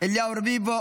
אליהו רביבו,